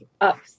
up